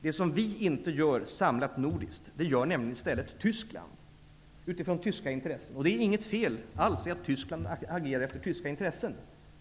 Det som vi inte gör samlat nordiskt, det gör i stället Tyskland utifrån tyska intressen. Det är inget fel alls i att Tyskland agerar för tyska intressen.